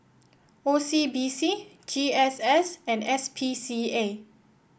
O C B C G S S and S P C A